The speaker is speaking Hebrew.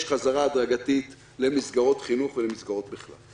5) חזרה הדרגתית למסגרות חינוך ולמסגרות בכלל.